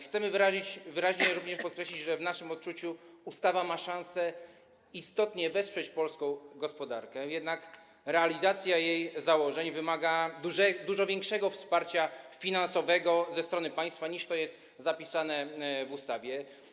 Chcemy również wyraźnie podkreślić, że w naszym odczuciu ustawa ma szansę istotnie wesprzeć polską gospodarkę, jednak realizacja jej założeń wymaga dużo większego wsparcia finansowego ze strony państwa, niż to jest zapisane w ustawie.